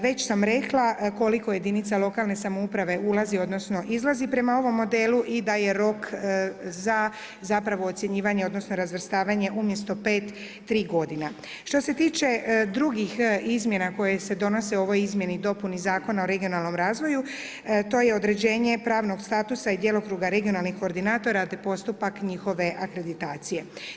Već sam rekla koliko jedinica lokalne samouprave ulazi odnosno izlazi prema ovom modelu i da je rok za zapravo ocjenjivanje i razvrstavanje umjesto 5, 3 g. Što se tiče drugih izmjena koje se donose u ovoj izmjeni i dopuni Zakona o regionalnom razvoju, to je određenje pravnog statusa i djelokruga regionalnih koordinatora i postupak njihove akreditacije.